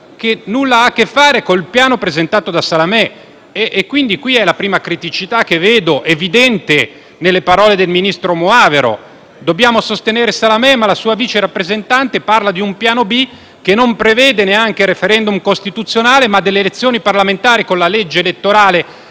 che nulla ha a che fare con il piano presentato da Salamé. Questa è la prima criticità evidente nelle parole del ministro Moavero Milanesi: dobbiamo sostenere Salamé, ma la sua vice rappresentante parla di un piano B che non prevede neanche il *referendum* costituzionale, ma delle elezioni parlamentari con la legge elettorale